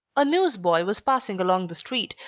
a newsboy was passing along the street,